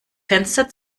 fenster